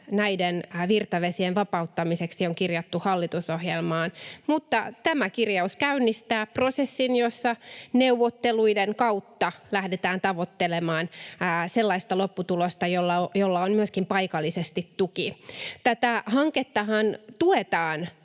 näiden virtavesien vapauttamiseksi, on kirjattu hallitusohjelmaan. Tämä kirjaus käynnistää prosessin, jossa neuvotteluiden kautta lähdetään tavoittelemaan sellaista lopputulosta, jolla on myöskin paikallisesti tuki. Tätä hankettahan tuetaan